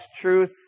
truth